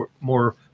more